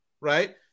right